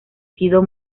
sido